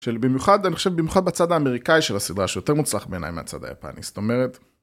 של במיוחד, אני חושב במיוחד בצד האמריקאי של הסדרה שיותר מוצלח בעיניי מהצד היפני, זאת אומרת...